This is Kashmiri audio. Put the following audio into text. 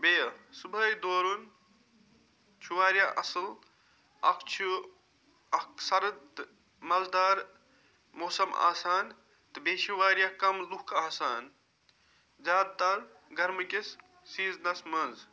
بیٚیہِ صُبحٲے دورُن چھُ واریاہ اصل اکھ چھُ اکھ سرد تہٕ مَزٕدار موسَم آسان تہٕ بیٚیہِ چھِ واریاہ کم لُکھ آسان زیاد تر گَرمٕکِس سیٖزنَس مَنٛز